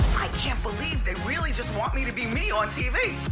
i can't believe they really just want me to be me on tv.